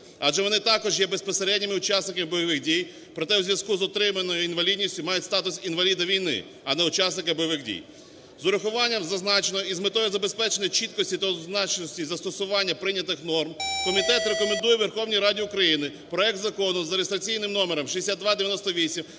адже вони також є безпосередніми учасниками бойових дій, проте у зв'язку з отриманою інвалідністю мають статус інваліда війни, а не учасника бойових дій. З врахуванням зазначеного і з метою забезпечення чіткості та однозначності застосування прийнятих норм, комітет рекомендує Верховній Раді України проект Закону за реєстраційним номером 6298